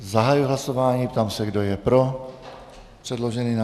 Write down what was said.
Zahajuji hlasování a ptám se, kdo je pro předložený návrh.